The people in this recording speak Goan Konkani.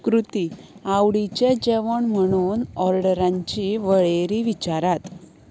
कृती आवडीचे जेवण म्हणून ऑर्डरांची वळेरी विचारात